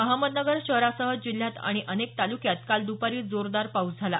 अहमदनगर शहरासह जिल्ह्यात आणि अनेक तालुक्यात काल दुपारी जोरदार पाऊस झाला